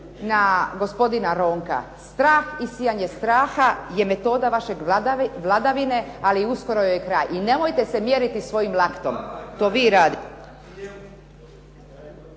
na gospodina Ronka strah i sijanje straha je metoda vaše vladavine ali uskoro joj je kraj. I nemojte se mjeriti svojim laktom. To vi radite.